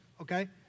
okay